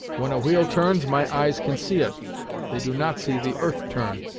when a wheel turns, my eyes can see it they do not see the earth turn.